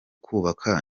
kubaka